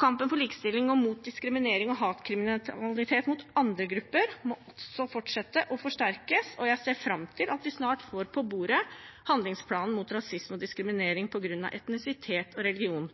Kampen for likestilling og mot diskriminering og hatkriminalitet mot andre grupper må også fortsette og forsterkes, og jeg ser fram til at vi snart får på bordet handlingsplanen mot rasisme og diskriminering på grunn av etnisitet og religion,